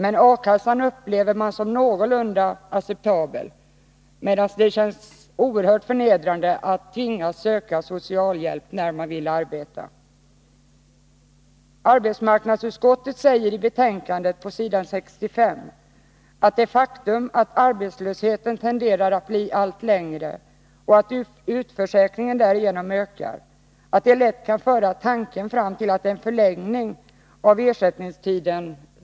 A-kassan upplever man som någorlunda acceptabel, medan det känns oerhört förnedrande att tvingas söka socialhjälp när man vill arbeta. Pås. 65isitt betänkande säger arbetsmarknadsutskottet, att det faktum att arbetslösheten tenderar att bli allt längre och att utförsäkringen därigenom ökar lätt kan föra tanken fram till en förlängning av ersättningstiden.